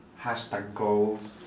hashtag goals,